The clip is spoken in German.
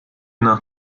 nach